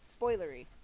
spoilery